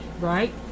right